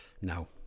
No